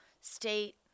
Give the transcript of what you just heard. state